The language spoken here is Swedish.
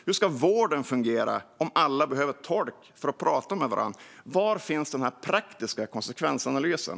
Hur ska vården fungera om alla behöver tolk för att prata med varandra? Var finns den praktiska konsekvensanalysen?